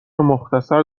مختصر